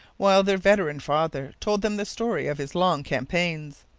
while their veteran father told them the story of his long campaigns.